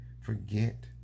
forget